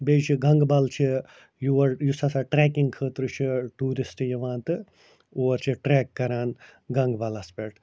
بیٚیہِ چھِ گنٛگہٕ بل چھِ یور یُس ہَسا ٹرٛیکِنٛگ خٲطرٕ چھِ ٹیٛوٗرِسٹہٕ یِوان تہٕ اور چھِ ٹرٛیک کَران گنٛگہٕ بلس پٮ۪ٹھ